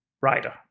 writer